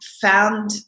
found